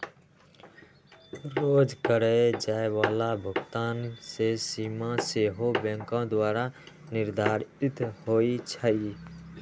रोज करए जाय बला भुगतान के सीमा सेहो बैंके द्वारा निर्धारित होइ छइ